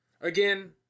again